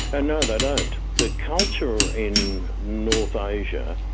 and no, they don't. the culture in north asia,